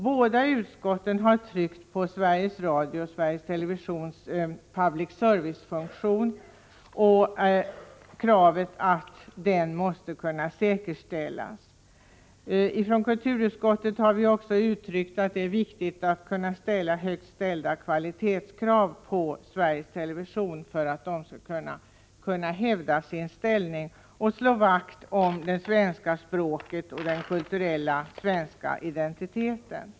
Båda utskotten har tryckt på Sveriges Radios och Sveriges Televisions public service-funktion och på kravet att denna måste kunna säkerställas. Kulturutskottet har också uttryckt att det är viktigt att man kan ställa höga kvalitetskrav på Sveriges Television, för att man där skall kunna hävda sin ställning och slå vakt om det svenska språket och den svenska kulturella identiteten.